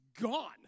gone